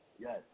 Yes